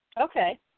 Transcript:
Okay